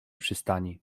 przystani